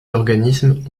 organismes